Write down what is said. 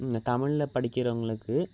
இந்த தமிழில் படிக்கிறவர்களுக்கு